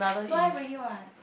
don't have already what